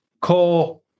core